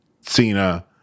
Cena